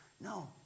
No